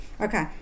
okay